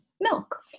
milk